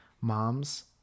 mom's